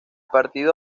partido